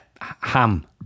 Ham